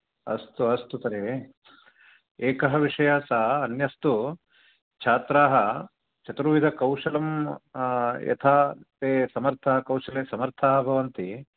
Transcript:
अस्तु अस्तु तर्हि एकः विषयः सः अन्यस्तु छात्राः चतुर्विधकौशलं यथा ते समर्थाः कौशले समर्थाः भवन्ति